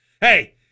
Hey